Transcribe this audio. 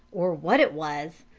or what it was.